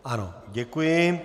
Ano, děkuji.